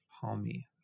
Palmy